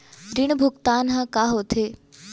ऋण भुगतान ह का होथे?